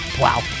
Wow